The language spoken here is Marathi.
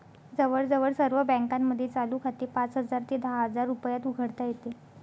जवळजवळ सर्व बँकांमध्ये चालू खाते पाच हजार ते दहा हजार रुपयात उघडता येते